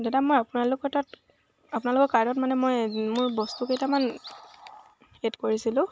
দাদা মই আপোনালোকৰ তাত আপোনালোকৰ কাৰ্ডত মানে মই মোৰ বস্তু কেইটামান এড কৰিছিলোঁ